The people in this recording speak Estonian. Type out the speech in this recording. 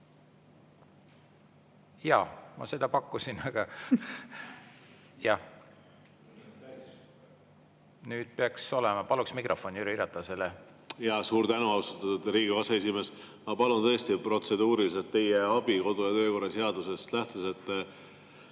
Jaa, ma seda pakkusin, aga jah. Nüüd peaks olema. Paluksin mikrofon Jüri Ratasele. Jaa, suur tänu, austatud Riigikogu aseesimees! Ma palun tõesti protseduuriliselt teie abi kodu‑ ja töökorra seadusest lähtudes.